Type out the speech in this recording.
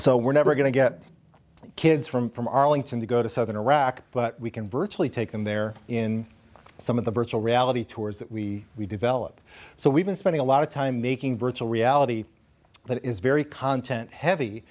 so we're never going to get kids from from arlington to go to southern iraq but we can virtually take them there in some of the virtual reality tours that we we develop so we've been spending a lot of time making virtual reality that is very content heavy